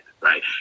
right